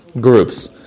groups